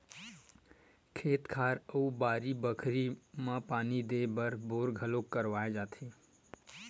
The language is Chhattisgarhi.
खेत खार अउ बाड़ी बखरी म पानी देय बर बोर घलोक करवाए जाथे